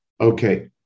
Okay